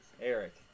Eric